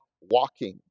walking